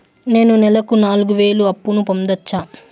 నేను నెలకు నాలుగు వేలు అప్పును పొందొచ్చా?